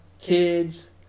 kids